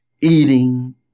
eating